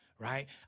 Right